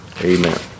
amen